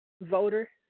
voter